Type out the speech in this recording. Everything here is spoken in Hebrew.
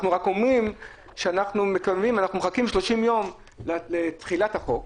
אנחנו רק אומרים שאנחנו מחכים 30 יום לתחילת החוק